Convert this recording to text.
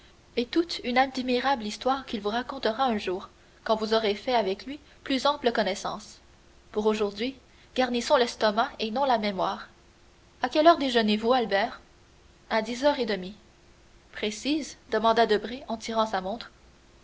est toute une admirable histoire qu'il vous racontera un jour quand vous aurez fait avec lui plus ample connaissance pour aujourd'hui garnissons l'estomac et non la mémoire à quelle heure déjeunez vous albert à dix heures et demie précises demanda debray en tirant sa montre